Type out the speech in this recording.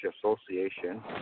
association